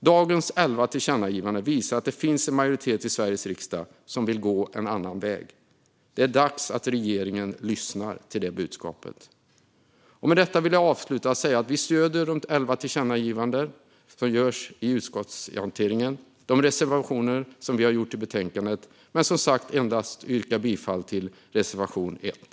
Dagens elva tillkännagivanden visar att det finns en majoritet i Sveriges riksdag som vill gå en annan väg. Det är dags att regeringen lyssnar till det budskapet. Med detta vill jag avsluta med att säga att vi stöder de elva tillkännagivanden som gjorts i utskottshanteringen och också de reservationer som vi gjort i betänkandet, men jag yrkar som sagt bifall endast till reservation 1.